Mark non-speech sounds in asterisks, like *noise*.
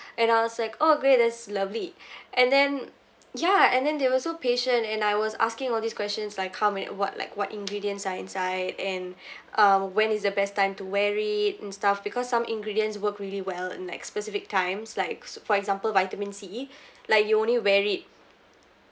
and I was like oh great that's lovely *breath* and then ya and then they were so patient and I was asking all these questions like come and what like what ingredients are inside and um when is the best time to wear it and stuff because some ingredients work really well in like specific times like for example vitamin C like you only wear it